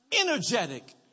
energetic